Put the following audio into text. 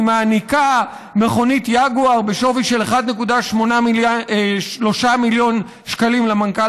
היא מעניקה מכונית יגואר בשווי 1.3 מיליון שקלים למנכ"ל